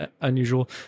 unusual